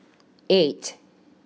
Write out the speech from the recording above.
eight